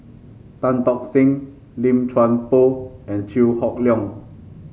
Tan Tock Seng Lim Chuan Poh and Chew Hock Leong